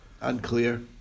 unclear